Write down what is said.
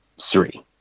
three